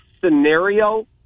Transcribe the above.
scenario